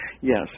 yes